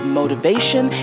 motivation